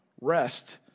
rest